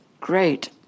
Great